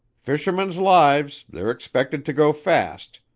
fishermen's lives, they're expected to go fast,